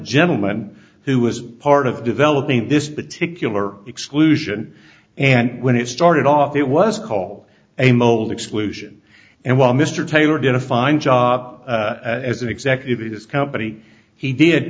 gentleman who was part of developing this particular exclusion and when it started off it was call a mold exclusion and while mr tabor did a fine job as an executive in this company he did